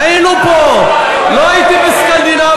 היינו פה, לא הייתי בסקנדינביה.